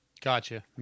Gotcha